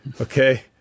okay